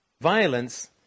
Violence